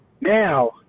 Now